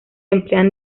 emplean